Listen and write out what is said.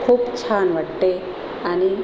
खूप छान वाटते आणि